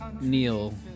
Neil